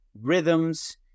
rhythms